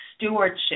stewardship